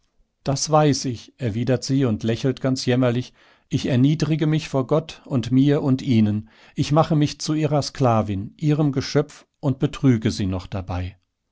das weiß ich erwidert sie und lächelt ganz jämmerlich ich erniedrige mich vor gott und mir und ihnen ich mache mich zu ihrer sklavin ihrem geschöpf und betrüge sie noch dabei